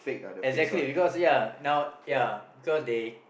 exactly because ya now ya because they